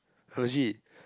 legit